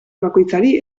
bakoitzari